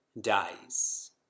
dies